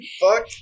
fuck